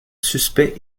suspect